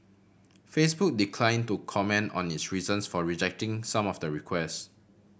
Facebook decline to comment on its reasons for rejecting some of the request